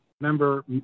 Member